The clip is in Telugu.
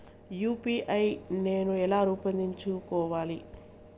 యూ.పీ.ఐ నేను ఎలా రూపొందించుకోవాలి?